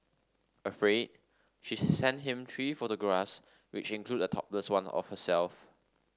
afraid she sent him three photographs which included a topless one of herself